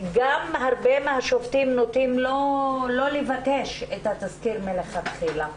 גם הרבה מהשופטים נוטים לא לבקש את התזכיר מלכתחילה.